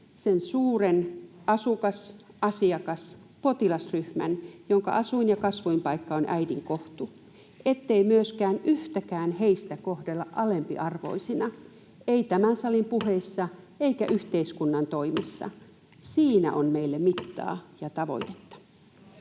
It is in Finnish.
sen suuren asukas-, asiakas- ja potilasryhmän, jonka asuin- ja kasvupaikka on äidin kohtu. Ettei myöskään yhtäkään heistä kohdella alempiarvoisena, ei tämän salin puheissa eikä yhteiskunnan toimissa, siinä on meille mittaa ja tavoitetta.